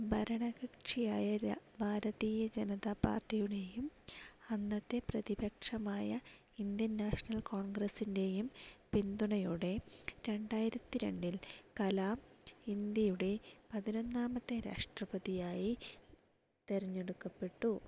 ഭരണകക്ഷിയായ ഭാരതീയ ജനത പാർട്ടിയുടെയും അന്നത്തെ പ്രതിപക്ഷമായ ഇന്ത്യൻ നാഷണൽ കോൺഗ്രസിൻ്റെയും പിന്തുണയോടെ രണ്ടായിരത്തി രണ്ടിൽ കലാം ഇന്ത്യയുടെ പതിനൊന്നാമത്തെ രാഷ്ട്രപതിയായി തിരഞ്ഞെടുക്കപ്പെട്ടു